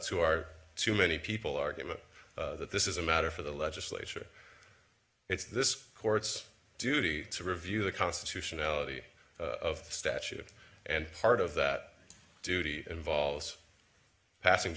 to are too many people argument that this is a matter for the legislature it's this court's duty to review the constitutionality of the statute and part of that duty involves passing